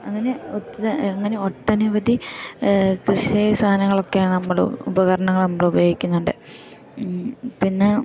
അങ്ങനെ ഒത്ത അങ്ങനെ ഒട്ടനവധി കൃഷിയെ സാധനങ്ങളൊക്കെയാണ് നമ്മൾ ഉപകരണങ്ങൾ നമ്മൾ ഉപയോഗിക്കുന്നുണ്ട് പിന്നെ